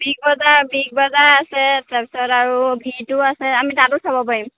big Bazaar Big Bazaar আছে তাৰপিছত আৰু ভিটুও আছে আমি তাতো চাব পাৰিম